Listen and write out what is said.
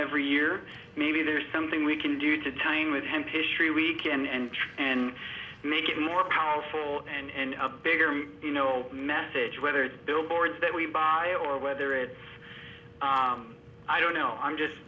every year maybe there's something we can do to tie in with hemp history week and try and make it more powerful and a bigger you know message whether it's billboards that we buy or whether it's i don't know i'm just